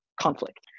conflict